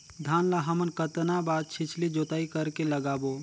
धान ला हमन कतना बार छिछली जोताई कर के लगाबो?